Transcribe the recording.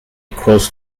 cross